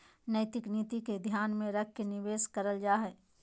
नैतिक नीति के ध्यान में रख के निवेश करल जा हइ